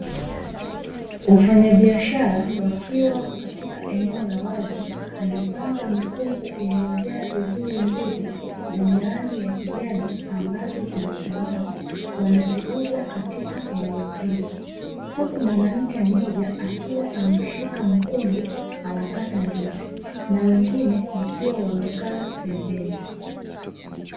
Wafanyabiashara wakiwa katika eneo la wazi, wamepanga mikungu iliyojaa vizuri ndizi zenye rangi ya kijani, ambazo zimekomaa, wanaziuza katika eneo hilo. Huku mwanamke mmoja akiwa ameshika mkungu, anakata ndizi na wengine wakiwa wamekaa pembeni.